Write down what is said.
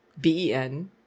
B-E-N